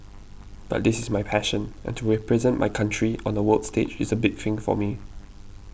but this is my passion and to represent my country on the world stage is a big thing for me